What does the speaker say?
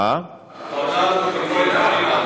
בוועדה לביקורת המדינה.